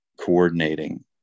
coordinating